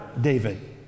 David